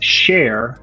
share